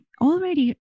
already